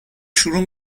شروع